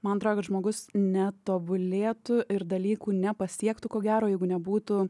man atrodo kad žmogus netobulėtų ir dalykų nepasiektų ko gero jeigu nebūtų